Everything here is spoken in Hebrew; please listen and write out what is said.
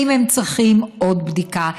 האם הם צריכים עוד בדיקה?